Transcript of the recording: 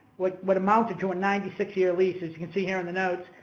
what what amounted to a ninety six year lease as you can see here in the notes,